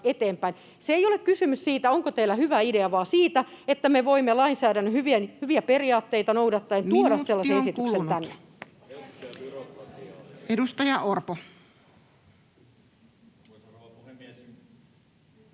Ei ole kysymys siitä, onko teillä hyvä idea, vaan siitä, että me voimme lainsäädännön hyviä periaatteita noudattaen [Puhemies: Minuutti on